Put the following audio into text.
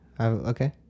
okay